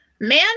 man